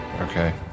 Okay